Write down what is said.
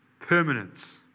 permanence